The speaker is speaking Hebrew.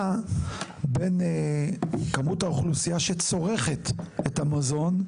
בין כמות האוכלוסייה שצורכת את המזון,